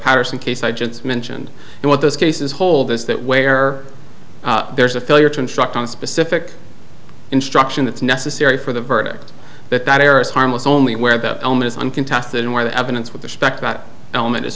patterson case i just mentioned and what those cases hold is that where there's a failure to instruct on specific instruction it's necessary for the verdict that the terrorist harmless only wear about illness uncontested and where the evidence with respect to that element is